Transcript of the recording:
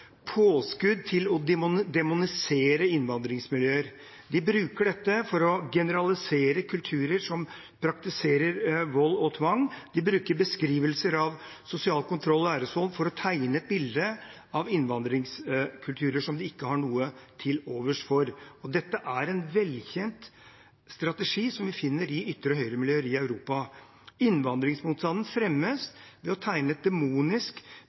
påskudd til å demonisere innvandringsmiljøer. De bruker dette for å generalisere kulturer som praktiserer vold og tvang. De bruker beskrivelser av sosial kontroll og æresvold for å tegne et bilde av innvandringskulturer de ikke har noe til overs for. Det er en velkjent strategi som vi finner i ytre høyre-miljøer i Europa. Innvandringsmotstanden fremmes ved å tegne et demonisk